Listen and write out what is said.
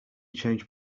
change